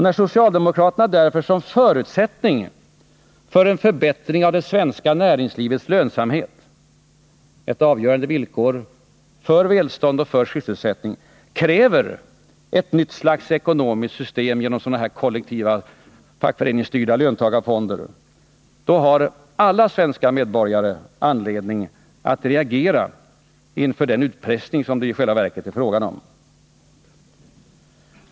När socialdemokraterna därför som förutsättning för en förbättring av det svenska näringslivets lönsamhet — ett avgörande villkor för välstånd och sysselsättning — kräver ett nytt slags ekonomiskt system genom kollektiva fackföreningsstyrda löntagarfonder, har alla svenska medborgare anledning att reagera inför den utpressning som det i själva verket är fråga om.